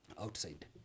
outside